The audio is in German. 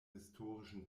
historischen